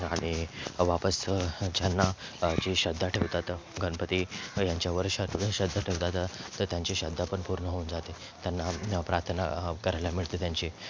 आणि वापस ज्यांना जे श्रद्धा ठेवतात गणपती यांच्यावर श्र जे श्रद्धा ठेवतात तर त्यांची श्रद्धा पण पूर्ण होऊन जाते त्यांना प्रार्थना करायला मिळते त्यांची